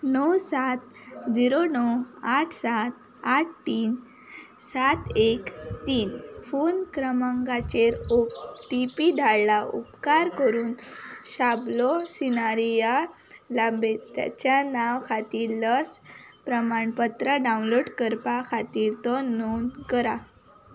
णव सात जिरो णव आठ सात आठ आठ सात एक तीन फोन क्रमांकाचेर ओटीपी धाडला उपकार करून शाबलो सिनारी ह्या लाभ्यार्थ्याच्या नांवा खातीर लस प्रमाणपत्र डावनलोड करपा खातीर तो नोंद करा